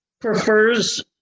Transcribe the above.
prefers